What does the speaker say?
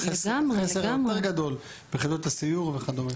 והחסר היותר גדול ביחידות הסיור וכדומה.